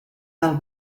del